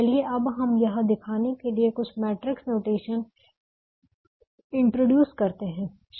चलिए अब हम यह दिखाने के लिए कुछ मैट्रिक्स नोटेशन इंट्रोड्यूस करते हैं